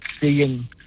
seeing